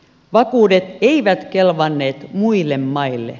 vakuudet eivät kelvanneet muille maille